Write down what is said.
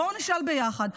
בואו נשאל ביחד.